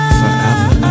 forever